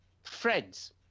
Friends